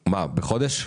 מה, בחודש?